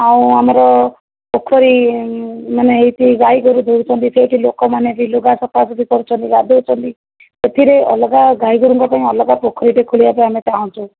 ଆଉ ଆମର ପୋଖରୀ ମାନେ ଏହିଠି ଗାଈ ଗୋରୁ ବୁଲୁଛନ୍ତି ସେହିଠି ଲୋକମାନେ ବି ଲୁଗା ସଫା ସୁଫି କରୁଛନ୍ତି ଗାଧୋଉଛନ୍ତି ସେଥିରେ ଅଲଗା ଗାଈ ଗୋରୁଙ୍କ ପାଇଁ ଅଲଗା ପୋଖରୀଟେ ଖୋଳିବା ପାଇଁ ଆମେ ଚାହୁଁଛୁ